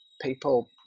people